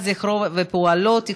כנסת בעד, אין מתנגדים, אין נמנעים.